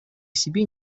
себе